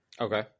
Okay